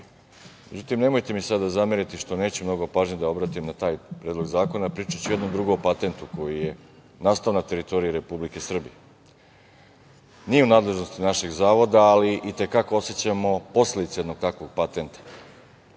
nemojte mi sada zameriti što neću mnogo pažnje da obratim na taj Predlog zakona. Pričaću o jednom drugom patentnu koji je nastao na teritoriji Republike Srbije. Nije u nadležnosti našeg zavoda, ali i te kako osećamo posledice jednog takvog patenta.